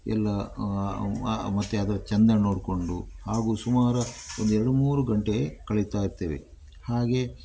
ಎಲ್ಲ ಮತ್ತೆ ಅದರ ಚೆಂದ ನೋಡಿಕೊಂಡು ಹಾಗೂ ಸುಮಾರು ಒಂದು ಎರಡು ಮೂರು ಗಂಟೆ ಕಳೀತಾಯಿರ್ತೆವೆ ಹಾಗೆ